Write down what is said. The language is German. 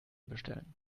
bestellen